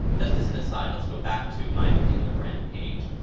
just as an aside lets go back to my particular brand page,